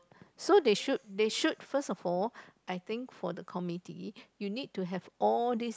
so they should they should first of all I think for the committee you need to have all these